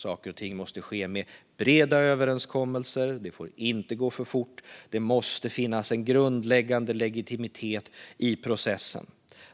Saker och ting måste ske med breda överenskommelser, det får inte gå för fort och det måste finnas en grundläggande legitimitet i processen.